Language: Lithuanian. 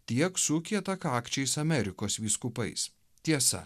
tiek su kietakakčiais amerikos vyskupais tiesa